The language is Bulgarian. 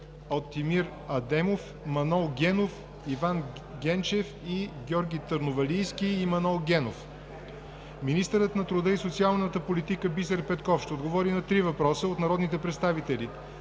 Алтимир Адамов; Манол Генов и Иван Ченчев; и Георги Търновалийски и Манол Генов. - Министърът на труда и социалната политика Бисер Петков ще отговори на три въпроса от народните представители